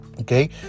okay